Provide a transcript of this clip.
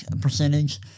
percentage